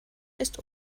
ist